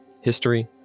history